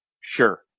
Sure